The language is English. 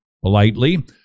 politely